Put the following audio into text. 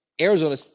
Arizona